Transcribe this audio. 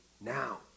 now